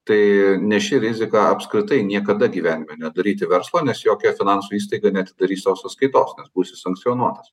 tai neši riziką apskritai niekada gyvenime nedaryti verslo nes jokia finansų įstaiga neatidarys tau sąskaitos nes būsi sankcionuotas